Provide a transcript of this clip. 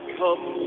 come